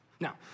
Now